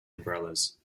umbrellas